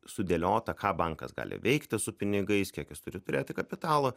sudėliota ką bankas gali veikti su pinigais kiek jis turi turėti kapitalo